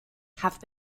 have